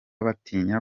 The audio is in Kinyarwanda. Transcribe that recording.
batinya